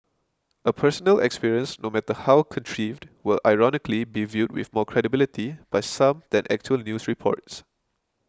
a personal experience no matter how contrived will ironically be viewed with more credibility by some than actual news reports